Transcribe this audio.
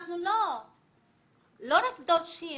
אנחנו לא רק דורשים